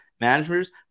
managers